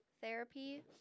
therapy